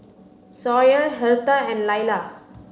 Sawyer Hertha and Lailah